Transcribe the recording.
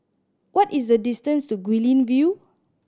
what is the distance to Guilin View